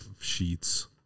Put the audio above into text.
sheets